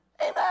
Amen